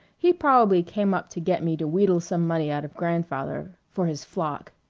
he probably came up to get me to wheedle some money out of grandfather for his flock.